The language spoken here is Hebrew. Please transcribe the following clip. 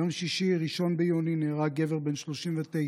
ביום שישי, 1 ביוני, נהרג גבר בן 39